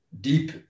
Deep